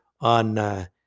on